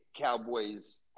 cowboys